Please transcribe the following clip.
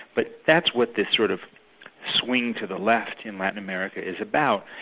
but that's what this sort of swing to the left in latin america is about,